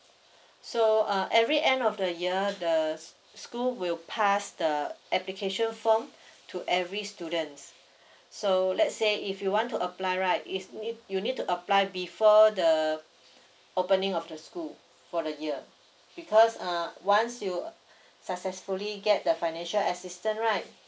so uh every end of the year the school will pass the application form to every students so let's say if you want to apply right is you you need to apply before the opening of the school for the year because err once you uh successfully get the financial assistance right